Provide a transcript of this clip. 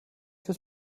fürs